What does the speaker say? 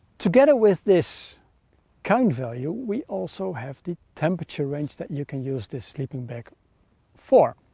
together with this cuin value we also have the temperature range that you can use this sleeping bag for.